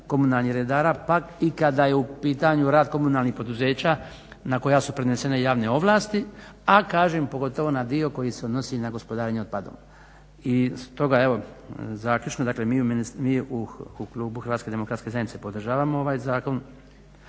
komunalnih redara, pa i kada je u pitanju rad komunalnih poduzeća, na koja su prenesena javne ovlasti, a kažem pogotovo na dio koji se odnosi na gospodarenje otpadom. I stoga, evo zaključno, dakle mi u klubu Hrvatske demokratske zajednice podržavamo ovaj zakon,